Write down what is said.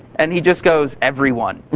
and he just goes, everyone.